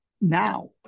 now